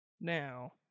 Now